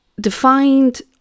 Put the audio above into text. defined